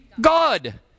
God